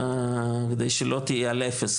כדי שלא תהיה על אפס.